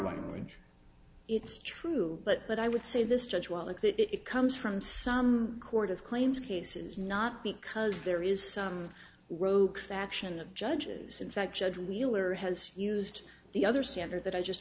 language it's true but i would say this judge while the it comes from some court of claims cases not because there is some rogue faction of judges in fact judge wheeler has used the other standard that i just